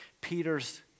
Peter's